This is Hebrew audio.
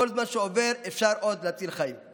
בכל זמן שעובר אפשר עוד להציל חיים.